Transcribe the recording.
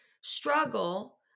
struggle